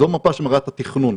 זו מפה שמראה את התכנון.